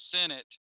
Senate